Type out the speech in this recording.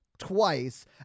twice